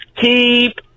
Keep